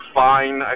fine